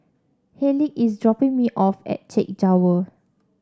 Hayleigh is dropping me off at Chek Jawa